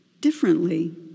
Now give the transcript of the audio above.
differently